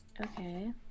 okay